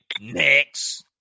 next